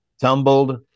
tumbled